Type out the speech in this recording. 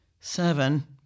Seven